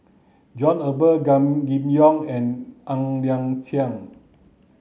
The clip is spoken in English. John Eber Gan Kim Yong and Ng Liang Chiang